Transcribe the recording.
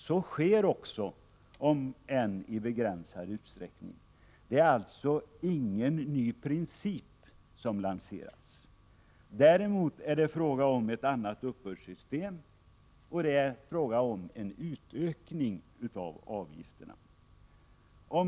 Så sker också om än i begränsad utsträckning. Det är alltså ingen ny princip som lanseras. Däremot är det fråga om ett annat uppbördssystem och om en utökning av avgifterna.